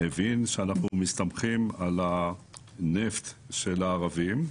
הבין שאנחנו מסתמכים על הנפט של הערבים,